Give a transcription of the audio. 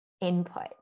input